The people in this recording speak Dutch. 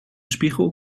spiegel